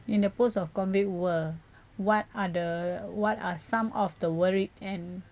in the post of COVID world what are the what are some of the worried and